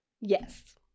Yes